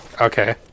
Okay